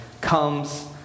comes